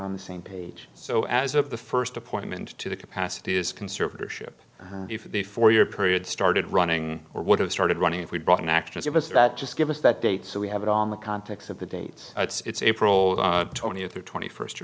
on the same page so as of the first appointment to the capacity is conservatorship and if the four year period started running or would have started running if we brought an actual service that just give us that date so we have it on the context of the date it's april twentieth or twenty first